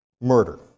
murder